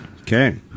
Okay